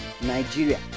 Nigeria